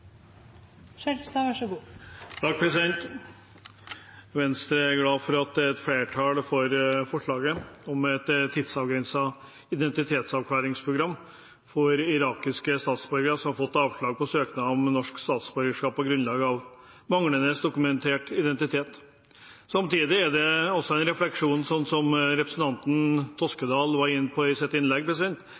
glad for at det er flertall for forslaget om et tidsavgrenset identitetsavklaringsprogram for irakiske statsborgere som har fått avslag på søknad om norsk statsborgerskap på grunnlag av manglende dokumentert identitet. Samtidig er det en refleksjon, som representanten Toskedal var inne på i sitt innlegg,